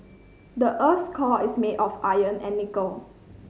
the earth's core is made of iron and nickel